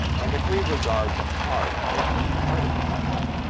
and if we regard the hearth as the heart of the house,